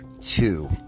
two